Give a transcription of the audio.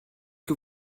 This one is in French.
que